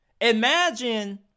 Imagine